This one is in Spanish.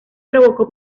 provocó